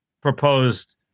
proposed